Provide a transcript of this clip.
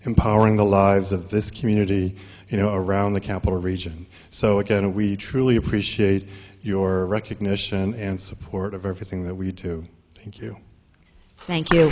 empowering the lives of this community you know around the capital region so again we truly appreciate your recognition and support of everything that we have to thank you